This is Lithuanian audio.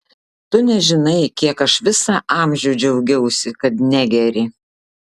tu nežinai kiek aš visą amžių džiaugiausi kad negeri